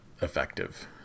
effective